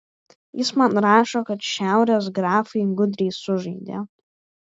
jis man rašo kad šiaurės grafai gudriai sužaidė